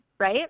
Right